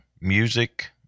music